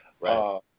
Right